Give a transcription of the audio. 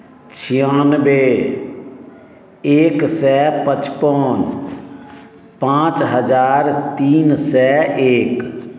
छियानबे एक सए पचपन पाँच हजार तीन सए एक